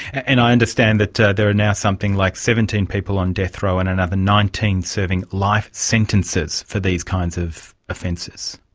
and i understand that there are now something like seventeen people on death row and another nineteen serving life sentences for these kinds of offences.